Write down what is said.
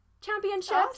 championships